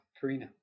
Karina